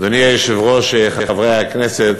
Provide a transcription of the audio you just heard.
אדוני היושב-ראש, חברי הכנסת,